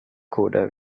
coda